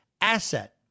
asset